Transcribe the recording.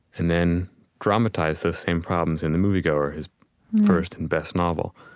and then dramatized those same problems in the moviegoer, his first and best novel.